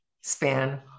span